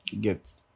Get